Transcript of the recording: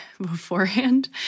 beforehand